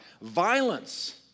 violence